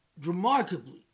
remarkably